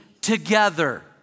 together